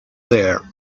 there